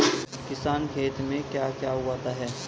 किसान खेत में क्या क्या उगाता है?